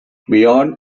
beyond